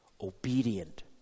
obedient